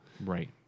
Right